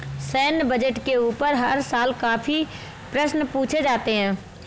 सैन्य बजट के ऊपर हर साल काफी प्रश्न पूछे जाते हैं